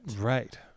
Right